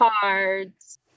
cards